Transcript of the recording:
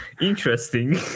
Interesting